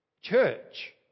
church